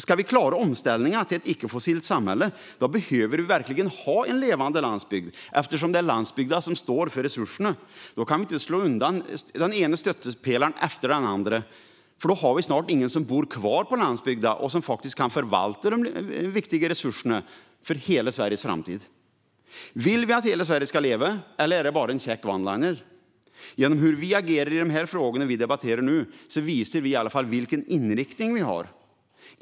Ska vi klara omställningen till ett icke-fossilt samhälle behöver vi verkligen ha en levande landsbygd, eftersom det är landsbygden som står för resurserna. Då kan vi inte slå undan den ena stöttepelaren efter den andra. Då har vi snart ingen som bor kvar på landsbygden som faktiskt kan förvalta de viktiga resurserna för hela Sveriges framtid. Vill vi att hela Sverige ska leva, eller är det bara en käck one-liner? Genom hur vi agerar i de frågor vi debatterar nu visar vi i varje fall vilken inriktning vi har.